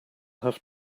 have